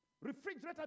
refrigerator